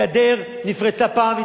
הגדר נפרצה פעם,